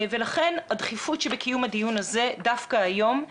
לכן הדחיפות שבקיום הדיון הזה דווקא היום.